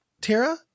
Tara